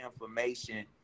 information